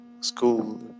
school